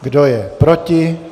Kdo je proti?